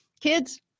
kids